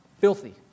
filthy